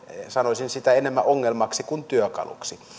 sanoisin sitä enemmän ongelmaksi kuin työkaluksi